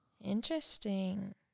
Interesting